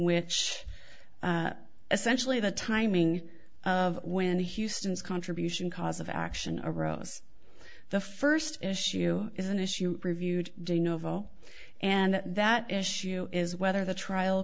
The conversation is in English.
which essentially the timing of when houston's contribution cause of action arose the first issue is an issue reviewed de novo and that issue is whether the trial